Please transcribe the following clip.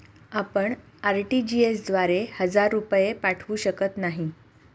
आपण आर.टी.जी.एस द्वारे हजार रुपये पाठवू शकत नाही